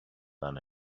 than